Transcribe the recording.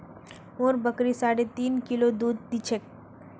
मोर बकरी साढ़े तीन किलो दूध दी छेक